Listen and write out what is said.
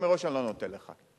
מראש אני לא נותן לך,